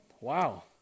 Wow